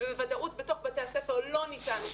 ובוודאות בתוך בתי הספר לא ניתן לאכוף.